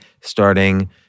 starting